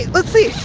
let's see